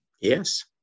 Yes